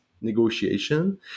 negotiation